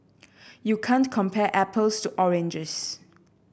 you can't compare apples to oranges